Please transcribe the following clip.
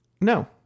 no